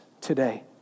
today